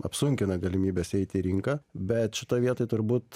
apsunkina galimybes įeit į rinką bet šitoj vietoj turbūt